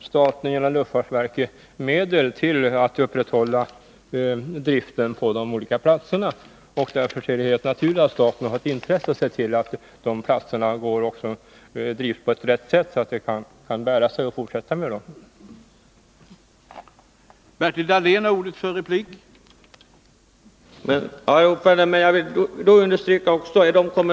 staten genom luftfartsverket medel till att upprätthålla driften. Det är därför helt naturligt att staten har intresse av att se till att dessa platser drivs på ett rätt sätt så att de kan bära sig och verksamheten kan fortsätta.